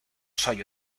soy